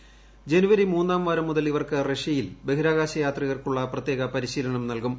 ഇനുവരി മൂന്നാം വാരം മുതൽ ഇവർക്ക് റഷ്യയിൽ ബഹിരാകാശ യാത്രികർക്കുള്ള പ്രത്യേക പരിശീലനം നൽകും